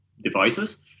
devices